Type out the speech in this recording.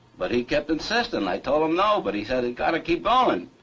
but he kept insisting. i told him no, but he said it got to keep going.